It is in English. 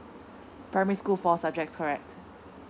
primary school four subjects correct